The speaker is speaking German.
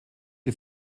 die